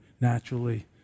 naturally